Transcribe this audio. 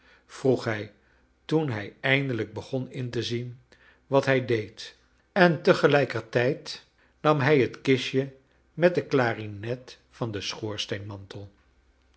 vroeg hij toen hij eindelijk begon in te zien wat hij deed en tegelijkertijd nam hij het kistje met de klarinet van den